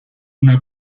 una